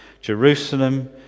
Jerusalem